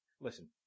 listen